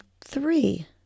three